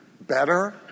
better